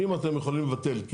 אם אתם יכולים לבטל,